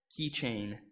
keychain